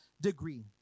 degree